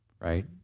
right